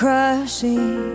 Crushing